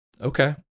okay